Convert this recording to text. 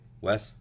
Wes